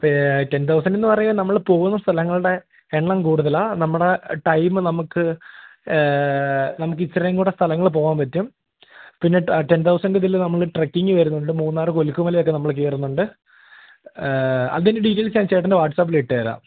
ഇപ്പോള് ടെൻ തൗസൻറ്റെന്ന് പറയുന്നത് നമ്മള് പോകുന്ന സ്ഥലങ്ങളുടെ എണ്ണം കൂടുതലാണ് നമ്മുടെ ടൈം നമുക്ക് നമുക്കിത്തിരിയും കൂടെ സ്ഥലങ്ങള് പോകാൻ പറ്റും പിന്നെ ടെൻ തൗസൻറ്റിതില് നമ്മള് ട്രെക്കിങ്ങ് വരുന്നുണ്ട് മൂന്നാർ കൊലുക്കുമലയൊക്കെ നമ്മള് കയറുന്നുണ്ട് അതിൻ്റെ ഡീറ്റൈൽസ് ഞാൻ ചേട്ടൻ്റെ വാട്സപ്പിലിട്ടു തരാം